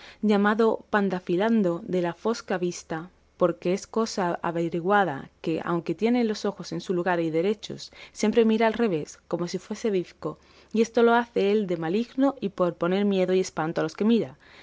llamado pandafilando de la fosca vista porque es cosa averiguada que aunque tiene los ojos en su lugar y derechos siempre mira al revés como si fuese bizco y esto lo hace él de maligno y por poner miedo y espanto a los que mira